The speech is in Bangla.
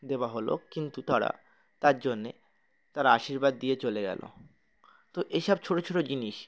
দেওয়া হলো কিন্তু তারা তার জন্যে তারা আশীর্বাদ দিয়ে চলে গেল তো এইসব ছোট ছোট জিনিস